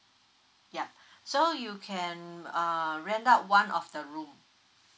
yeah so you can um rent out one of the room